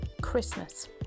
Christmas